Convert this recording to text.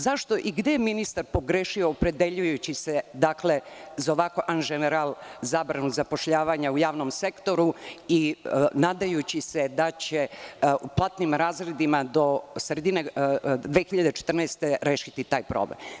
Zašto i gde je ministar pogrešio, opredeljujući se za ovako „an ženeral“ zabranu zapošljavanja u javnom sektoru i nadajući se da će platnim razredima do sredine 2014. godine rešiti taj problem?